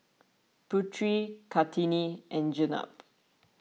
Putri Kartini and Jenab